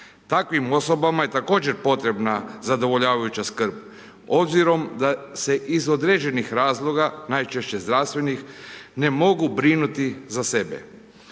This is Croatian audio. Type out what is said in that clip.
Takvim osobama je također potrebna zadovoljavajuća skrb. Obzirom da se iz određenih razloga, najčešće zdravstvenih ne mogu brinuti za sebe.